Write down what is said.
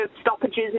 stoppages